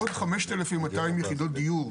עוד חמשת אלפים מאתיים יחידות דיור.